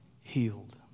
healed